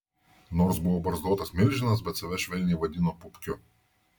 nors buvo barzdotas milžinas bet save švelniai vadino pupkiu